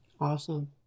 Awesome